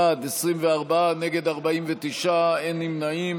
בעד, 24, נגד, 49, אין נמנעים.